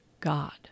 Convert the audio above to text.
God